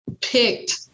picked